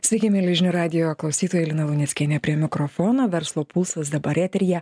sveiki mieli žinių radijo klausytojai lina luneckienė prie mikrofono verslo pulsas dabar eteryje